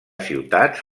ciutats